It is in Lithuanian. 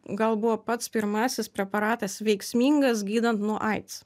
gal buvo pats pirmasis preparatas veiksmingas gydant nuo aids